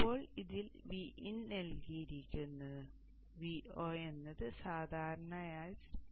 ഇപ്പോൾ ഇതിൽ Vin നൽകിയിരിക്കുന്നു Vo എന്നത് സാധാരണയായി സ്പെക് ആണ്